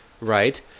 right